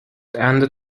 and